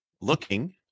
Looking